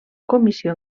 comissió